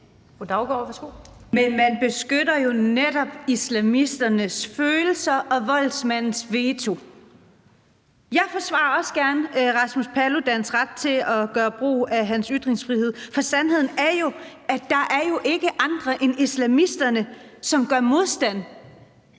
Men man beskytter jo netop islamisternes følelser og voldsmandens veto. Jeg forsvarer også gerne Rasmus Paludans ret til at gøre brug af sin ytringsfrihed, for sandheden er jo, at der ikke er andre end islamisterne, som gør modstand